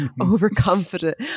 overconfident